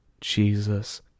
Jesus